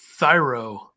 Thyro